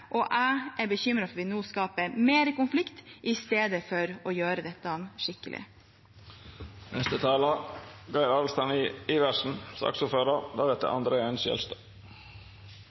og jeg er bekymret for at vi nå skaper mer konflikt i stedet for å gjøre dette skikkelig.